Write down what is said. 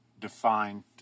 defined